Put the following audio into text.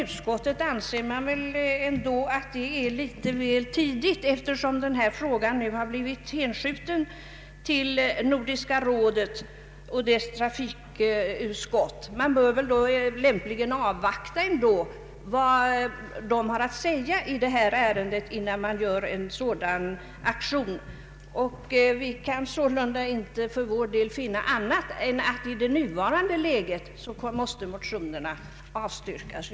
Utskottet anser att det är litet väl tidigt att göra några uttalanden, eftersom denna fråga blivit hänskjuten till Nordiska rådet och dess trafikutskott. Vi bör väl lämpligen avvakta vad detta utskott har att säga i ärendet. Utskottet kan sålunda för sin del inte finna annat än att motionerna i nuvarande läge bör avstyrkas.